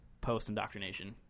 post-indoctrination